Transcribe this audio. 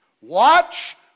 Watch